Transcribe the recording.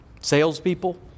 salespeople